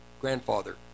grandfather